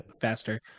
faster